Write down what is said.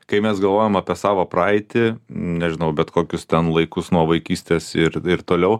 kai mes galvojam apie savo praeitį nežinau bet kokius ten laikus nuo vaikystės ir ir toliau